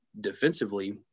defensively